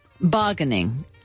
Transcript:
bargaining